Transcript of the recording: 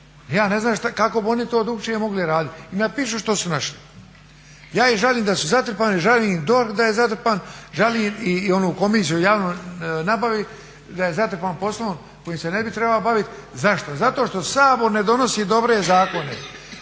Ja ne znam kako bi oni to drukčije mogli raditi i napišu što su našli. Ja ih žalim da su zatrpani, žalim i DORH da je zatrpan, žalim i onu Komisiju javne nabavi da je zatrpana poslom kojim se ne bi trebala bavit. Zašto? Zato što Sabor ne donosi dobre zakone.